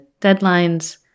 Deadlines